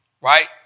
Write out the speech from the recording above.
right